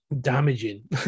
damaging